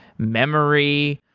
memory,